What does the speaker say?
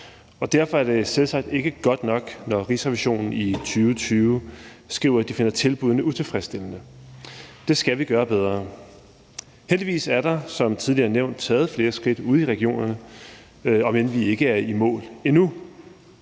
derfor er det selvsagt ikke godt nok, når Rigsrevisionen i 2020 skriver, at de finder tilbuddene utilfredsstillende. Det skal vi gøre bedre. Heldigvis er der som tidligere nævnt taget flere skridt ude i regionerne, om end vi ikke er i mål endnu.